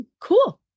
Cool